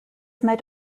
might